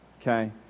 Okay